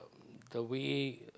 the way